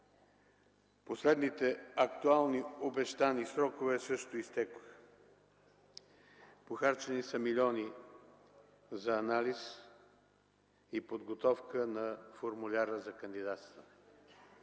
Последните актуални обещани срокове също изтекоха. Похарчени са милиони за анализ и подготовка на формуляра за кандидатстване.